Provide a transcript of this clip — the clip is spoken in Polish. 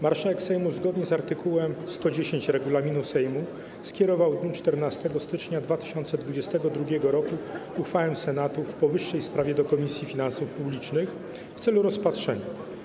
Marszałek Sejmu zgodnie z art. 110 regulaminu Sejmu skierował w dniu 14 stycznia 2022 r. uchwałę Senatu w powyższej sprawie do Komisji Finansów Publicznych w celu rozpatrzenia.